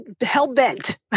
hell-bent